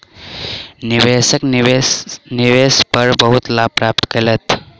निवेशक निवेश पर बहुत लाभ प्राप्त केलैथ